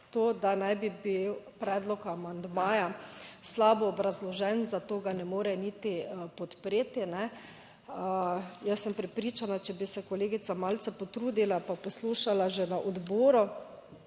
da naj bi bil predlog amandmaja slabo obrazložen, zato ga ne more niti podpreti. Jaz sem prepričana, če bi se kolegica malce potrudila pa poslušala že na odboru